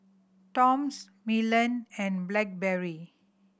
Toms Milan and Blackberry